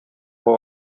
for